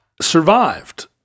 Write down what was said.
survived